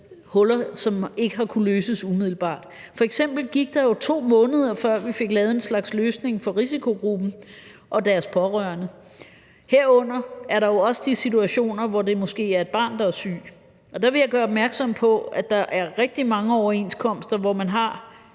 har, har ikke kunnet løses umiddelbart, f.eks. gik der to måneder, før vi fik lavet en slags løsning for risikogruppen og deres pårørende, herunder er der jo også de situationer, hvor det måske er et barn, der er syg. Og der vil jeg gøre opmærksom på, at der er rigtig mange overenskomster, hvor man har